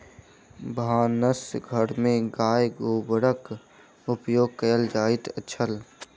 भानस घर में गाय गोबरक उपयोग कएल जाइत छल